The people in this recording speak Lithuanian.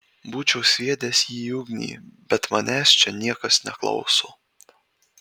būčiau sviedęs jį į ugnį bet manęs čia niekas neklauso